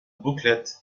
booklet